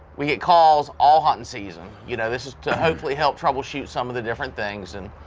we get calls all hunting season you know this is to hopefully help troubleshoot some of the different things. and